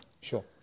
Sure